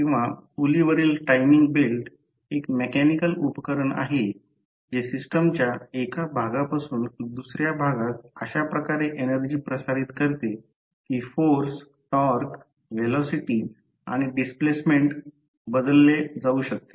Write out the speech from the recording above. परंतु प्रयोगशाळेत निश्चितपणे स्टॅटर ओपन ओपन रोटर स्वतंत्रपणे असावा जे डोळ्यापाहू शकतात की हे नक्की काय आहे